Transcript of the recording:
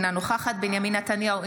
אינה נוכחת בנימין נתניהו,